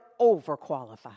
overqualified